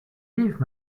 leave